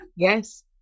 Yes